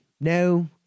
no